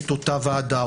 את אותה ועדה,